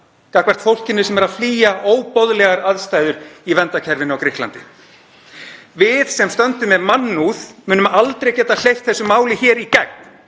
gagnvart fólkinu sem er að flýja óboðlegar aðstæður í verndarkerfinu í Grikklandi. Við sem stöndum með mannúð munum aldrei geta hleypt þessu máli hér í gegn.